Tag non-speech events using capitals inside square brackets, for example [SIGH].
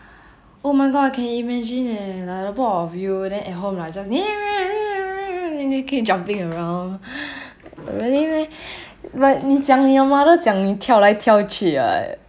[BREATH] oh my god I can imagine leh like the both of you then at home just [NOISE] then keep jumping around [BREATH] already meh [BREATH] but 你讲你的 your mother 讲你跳来跳去 what